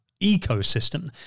ecosystem